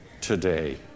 today